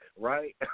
right